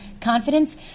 confidence